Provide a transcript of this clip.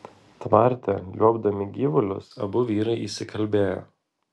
tvarte liuobdami gyvulius abu vyrai įsikalbėjo